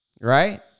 Right